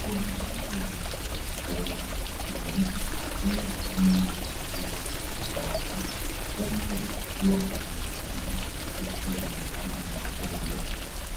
Kuna mtu mmoja kwenye baharini akiwa ndani ya mashua yake huku akiwa amevalia (CS)tisheti(CS )yenye rangi nyekundu